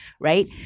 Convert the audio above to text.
Right